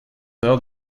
alors